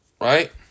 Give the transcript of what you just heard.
Right